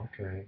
Okay